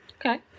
okay